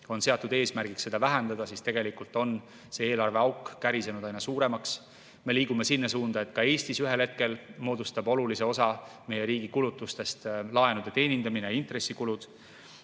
on seatud eesmärgiks seda vähendada, on see eelarveauk kärisenud aina suuremaks. Me liigume sinna suunda, et ka Eestis ühel hetkel moodustavad olulise osa meie riigi kulutustest laenude teenindamine, intressikulud.